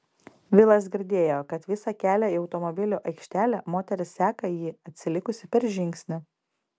vilas girdėjo kad visą kelią į automobilių aikštelę moteris seka jį atsilikusi per žingsnį